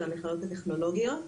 של המכללות הטכנולוגיות.